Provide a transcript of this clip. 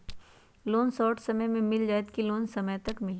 Loan short समय मे मिल जाएत कि लोन समय तक मिली?